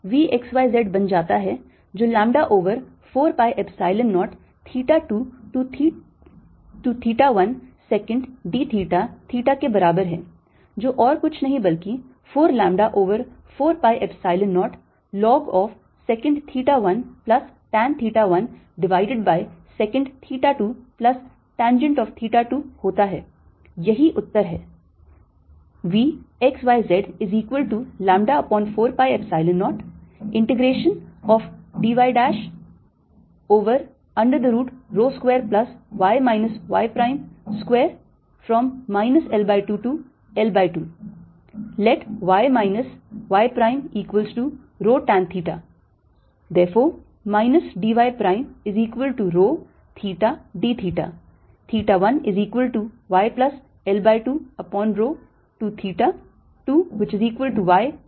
और इसलिए विभव V x y z बन जाता है जो lambda over 4 pi Epsilon 0 theta 2 to theta 1 secant theta d theta के बराबर है जो और कुछ नहीं बल्कि 4 lambda over 4 pi Epsilon 0 log of secant theta 1 plus tan theta 1 divided by secant theta 2 plus tangent of theta 2 होता है यही उत्तर है